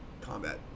combat